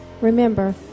Remember